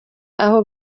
aho